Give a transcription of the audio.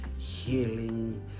healing